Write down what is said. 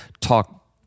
talk